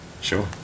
sure